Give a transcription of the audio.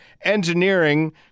Engineering